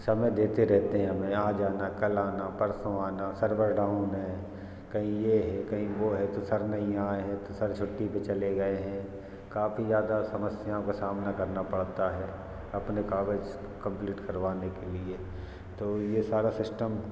समय देते रहते हैं हमें आज आना कल आना परसों आना सर्वर डाउन है कहीं यह है कहीं वह है तो सर नहीं आए हैं तो सर छुट्टी पर चले गए हैं काफ़ी ज़्यादा समस्याओं का सामना करना पड़ता है अपने काग़ज़ कंप्लीट करवाने के लिए तो यह सारा सिस्टम